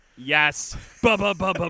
Yes